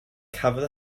cafodd